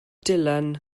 dylan